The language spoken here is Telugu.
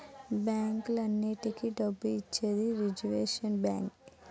బ్యాంకులన్నింటికీ డబ్బు ఇచ్చేది రిజర్వ్ బ్యాంకే